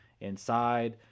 inside